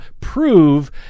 prove